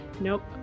nope